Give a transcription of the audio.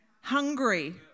Hungry